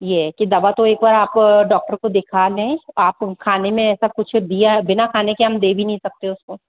ये कि दवा तो एक बार आप डॉक्टर को दिखा लें आप खाने में ऐसा कुछ दिया है बिना खाने के हम दे भी नहीं सकते उसको